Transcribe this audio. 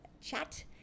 chat